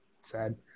sad